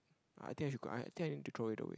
I think I should go I think I need to throw it away